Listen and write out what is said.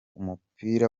umupira